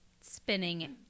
spinning